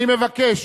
אני מבקש